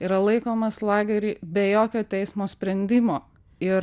yra laikomas lagery be jokio teismo sprendimo ir